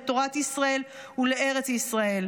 לתורת ישראל ולארץ ישראל,